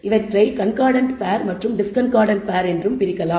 இவற்றை concordant pair மற்றும் discordant pair என்றும் பிரிக்கலாம்